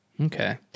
Okay